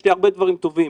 יש לי הרבה דברים טובים,